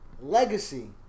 legacy